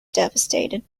devastated